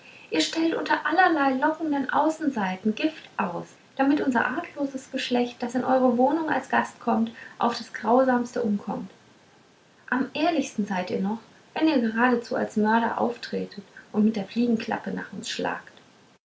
ihr stellt unter allerlei lockenden außenseiten gift aus damit unser argloses geschlecht das in eure wohnungen als gast kommt auf das grausamste umkommt am ehrlichsten seid ihr noch wenn ihr geradezu als mörder auftretet und mit der fliegenklappe nach uns schlagt